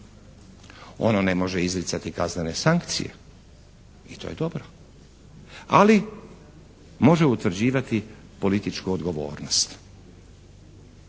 Ono ne može izricati kaznene sankcije i to je dobro, ali može utvrđivati političku odgovornost.